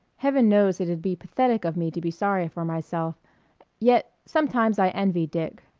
heaven knows it'd be pathetic of me to be sorry for myself yet, sometimes i envy dick.